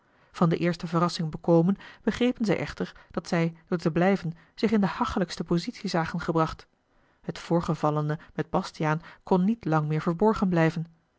van de eerste verrassing bekomen begrepen zij echter dat zij door te blijven zich in de hachelijkste positie zagen gebracht het voorgevallene met bastiaan kon niet lang meer verborgen blijven